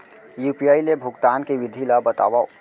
UPI ले भुगतान के विधि ला बतावव